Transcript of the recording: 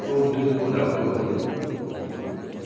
प्रुभ्डै कुरा हो है यो